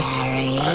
Harry